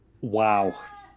Wow